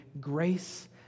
grace